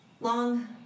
long